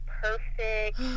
perfect